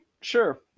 Sure